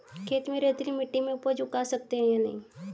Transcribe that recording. खेत में रेतीली मिटी में उपज उगा सकते हैं या नहीं?